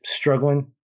struggling